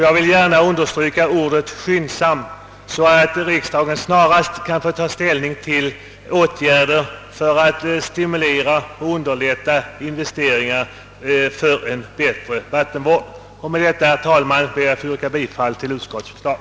Jag vill gärna understryka ordet »skyndsam» i hopp att riksdagen snarast kan få ta ställning till åtgärder för att stimulera och underlätta investeringar för en bättre vattenvård. Med dessa ord, herr talman, ber jag att få yrka bifall till utskottets förslag.